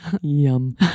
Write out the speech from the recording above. yum